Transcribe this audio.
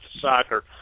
soccer